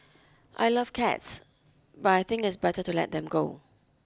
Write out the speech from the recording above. I love cats but I think it's better to let them go